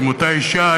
עם אותה אישה,